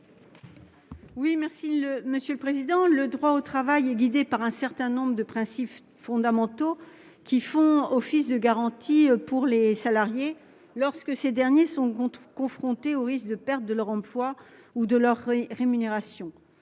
est à Mme Laurence Cohen. Le droit du travail est guidé par un certain nombre de principes fondamentaux, qui font office de garanties pour les salariés, lorsque ces derniers sont confrontés au risque de perte de leur emploi ou de leur rémunération.